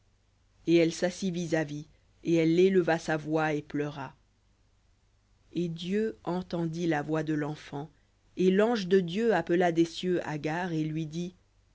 et elle s'assit vis-à-vis et elle éleva sa voix et pleura et dieu entendit la voix de l'enfant et l'ange de dieu appela des cieux agar et lui dit